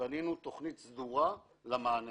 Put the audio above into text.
ובנינו תוכנית סדורה למענה